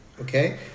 okay